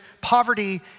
poverty